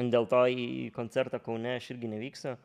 dėl to į koncertą kaune aš irgi nevyksiu